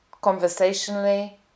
conversationally